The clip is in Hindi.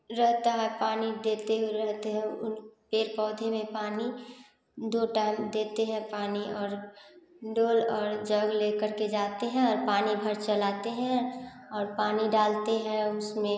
रहता है पानी देते हुए रहते हैं उन पेड़ पौधे में पानी दो टाइम देते हैं पानी और डोल और जग लेकर के जाते हैं और पानी भर चलाते हैं और पानी डालते हैं हम उसमें